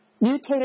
mutated